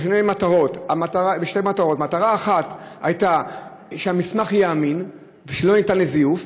או שתי מטרות: מטרה אחת הייתה שהמסמך יהיה אמין ולא ניתן לזיוף,